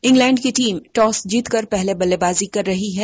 England की team toss जीतकर पहले बल्लेबाजी कर रही है